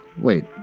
wait